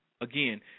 Again